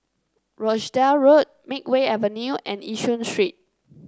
Rochdale Road Makeway Avenue and Yishun Street